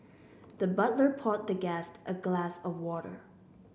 the butler poured the guest a glass of water